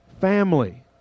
family